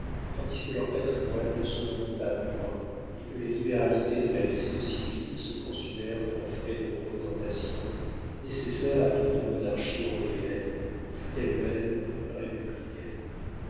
tandis que leur patrimoine ne s'augmenta point et que les libéralités de la liste civile se consumèrent en frais de représentation nécessaires à toute monarchie européenne fût-elle même républicaine